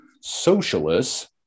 socialists